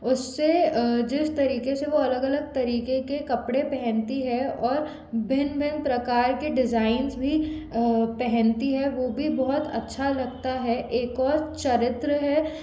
उससे जिस तरीके से वो अलग अलग तरीके के कपड़े पहनती है और भिन्न भिन्न प्रकार के डिजाईन्स भी पहनती है वो भी बहुत अच्छा लगता है एक और चरित्र है